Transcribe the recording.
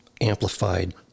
Amplified